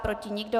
Proti nikdo.